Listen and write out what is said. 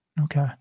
Okay